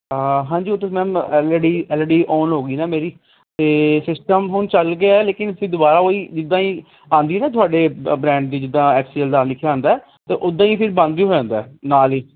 ਹਾਂਜੀ ਤੁਸੀਂ ma'am L E D L E D on ਹੋ ਗੀ ਨਾ ਮੇਰੀ ਅਤੇ ਸਿਸਟਮ ਹੁਣ ਚੱਲ ਗਿਆ ਹੈ ਲੇਕਿਨ ਅਸੀਂ ਦੁਬਾਰਾ ਓਹ ਹੀ ਜਿੱਦਾਂ ਹੀ ਆਉਂਦੀ ਹੈ ਨਾ ਤੁਹਾਡੇ ਬਰੈਂਡ ਦੀ ਜਿੱਦਾਂ ਐਕਸੀਅਲ ਦਾ ਲਿਖਿਆ ਆਉਂਦਾ ਹੈ ਅਤੇ ਉੱਦਾਂ ਹੀ ਫ਼ਿਰ ਬੰਦ ਵੀ ਹੋ ਜਾਂਦਾ ਨਾਲ਼ ਈ